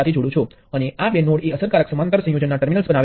પરંતુ હવે આપણે વિભિન્ન એલિમેન્ટોના શ્રેણી અથવા સમાંતર ના સંયોજન ને જોઇશુ